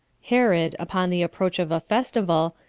herod, upon the approach of a festival,